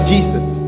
Jesus